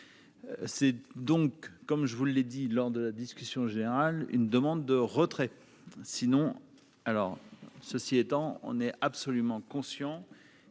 c'est donc comme je vous l'ai dit, lors de la discussion générale, une demande de retrait sinon alors, ceci étant, on est absolument conscients